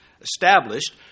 established